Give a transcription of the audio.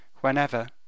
whenever